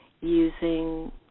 using